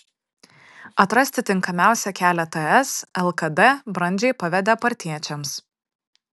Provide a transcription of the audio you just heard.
atrasti tinkamiausią kelią ts lkd brandžiai pavedė partiečiams